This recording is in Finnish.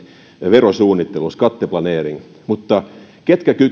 verosuunnittelun skatteplanering mutta ketkä